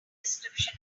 description